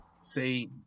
Say